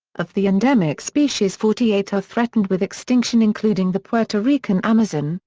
of the endemic species forty eight are threatened with extinction including the puerto rican amazon,